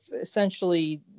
essentially